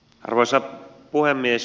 arvoisa puhemies